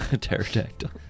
pterodactyl